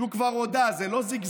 והוא כבר הודה: זה לא זיגזג,